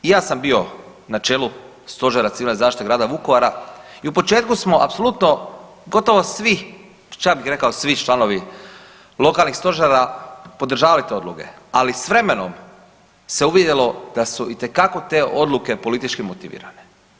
I ja sam bio na čelu Stožera civilne zaštite grada Vukovara i u početku smo apsolutno gotovo svi, čak bih rekao svi članovi lokalnih stožera podržavali te odluke, ali s vremenom se uvidjelo da su itekako te odluke politički motivirane.